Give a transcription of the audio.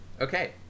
okay